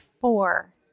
four